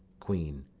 queen.